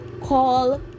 call